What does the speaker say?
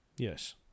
Yes